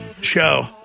show